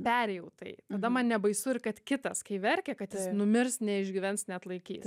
perėjau tai tada man nebaisu kad kitas kai verkia kad jis numirs neišgyvens neatlaikys